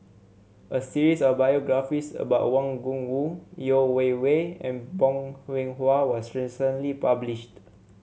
a series of biographies about Wang Gungwu Yeo Wei Wei and Bong Hiong Hwa was recently published